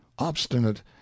obstinate